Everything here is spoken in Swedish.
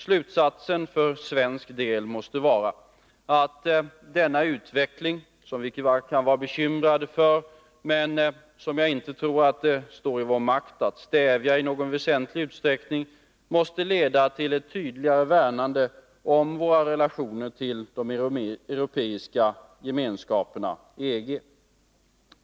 Slutsatsen för svensk del måste vara att denna utveckling, som vi kan vara bekymrade för men som jag inte tror att det står i vår makt att stävja i någon väsentlig utsträckning, måste leda till ett tydligare värnande om våra relationer till den europeiska gemenskapen EG.